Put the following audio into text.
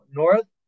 north